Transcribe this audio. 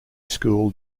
school